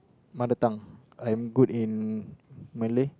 mother tongue I'm good in Malay